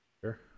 Sure